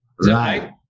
right